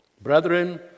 Brethren